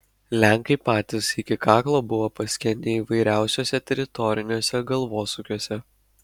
lenkai patys iki kaklo buvo paskendę įvairiausiuose teritoriniuose galvosūkiuose